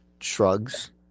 shrugs